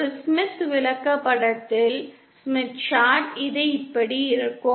ஒரு ஸ்மித் விளக்கப்படத்தில் இது இப்படி இருக்கும்